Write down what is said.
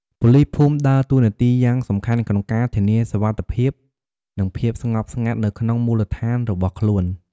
ប៉ូលីសភូមិដើរតួនាទីយ៉ាងសំខាន់ក្នុងការ ធានាសុវត្ថិភាព និងភាពស្ងប់ស្ងាត់ នៅក្នុងមូលដ្ឋានរបស់ខ្លួន។